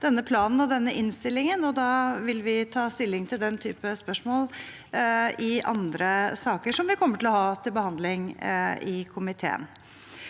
innstillingen, og da vil vi ta stilling til den type spørsmål i andre saker som vi kommer til å ha til behandling i komiteen.